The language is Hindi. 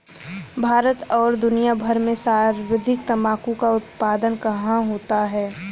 भारत और दुनिया भर में सर्वाधिक तंबाकू का उत्पादन कहां होता है?